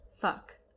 Fuck